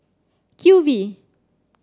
Q V